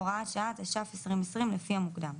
הוראת שעה תש"פ-2020 לפי המוקדם.